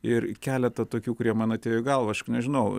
ir keletą tokių kurie man atėjo į galvą aš nežinau